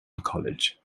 college